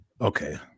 Okay